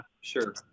Sure